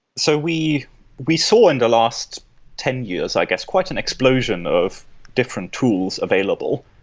so we we saw in the last ten years, i guess, quite an explosion of different tools available.